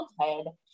childhood